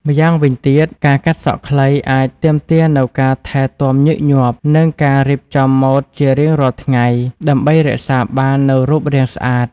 ម្យ៉ាងវិញទៀត ការកាត់សក់ខ្លីអាចទាមទារនូវការថែទាំញឹកញាប់ និងការរៀបចំម៉ូដជារៀងរាល់ថ្ងៃ ដើម្បីរក្សាបាននូវរូបរាងស្អាត។